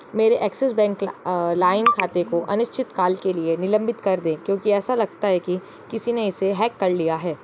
मेरे Axis bank के लाइन खाते को अनिश्चित काल के लिए निलंबित कर दें क्योंकि ऐसा लगता है कि किसी ने इसे हैक कर लिया है